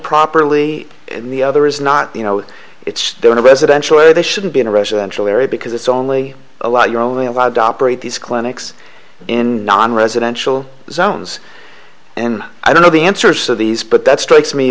properly the other is not you know it's there in a residential or they shouldn't be in a residential area because it's only a law you're only allowed to operate these clinics in nonresidential zones and i don't know the answers to these but that strikes me